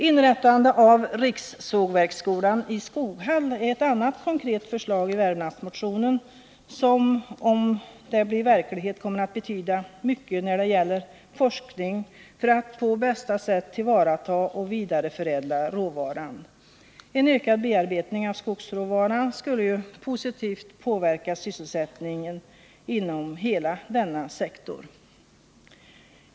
Inrättande av Rikssågverksskolan i Skoghall är ett annat konkret förslag i Värmlandsmotionen som, om det blir verklighet, kommer att betyga mycket när det gäller forskning för att på bästa sätt tillvarata och vidareförädla råvaran. En ökad bearbetning av skogsråvaran skulle positivt påverka sysselsättningen inom hela denna sektor.